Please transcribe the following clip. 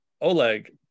Oleg